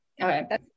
Okay